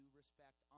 respect